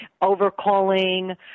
over-calling